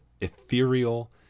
ethereal